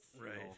right